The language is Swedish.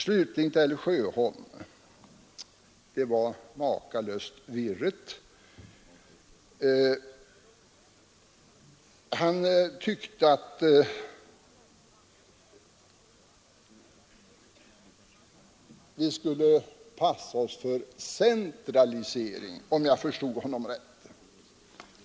Slutligen till herr Sjöholms anförande: Herr Sjöholm tyckte att vi skulle passa oss för centralisering, om jag förstod honom rätt.